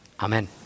amen